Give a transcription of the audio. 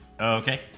okay